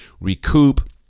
recoup